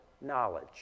knowledge